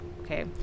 Okay